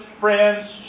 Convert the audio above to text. friends